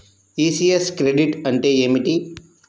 ECS credit అంటే ఏమిటి?